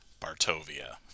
Bartovia